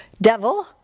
Devil